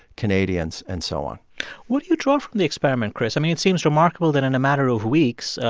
canadians and so on what do you draw from the experiment, chris? i mean, it seems remarkable that in a matter of weeks,